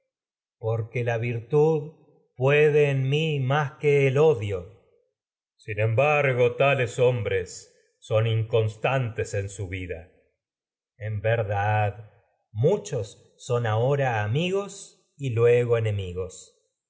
porque la virtud puede en mí más que odio agamemnón constantes sin embargo tales hombres son in en su vida ulises en verdad muchos son ahora amigos y luego enemigos